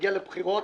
שנגיע לבחירות